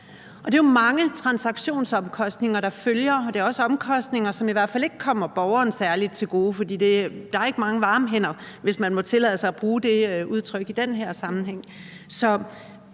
det er jo mange transaktionsomkostninger, der følger. Det er også omkostninger, som i hvert fald ikke kommer borgeren særlig til gode, fordi der ikke er mange varme hænder, hvis man må tillade sig at bruge det udtryk, i den her sammenhæng.